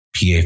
PA